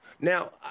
now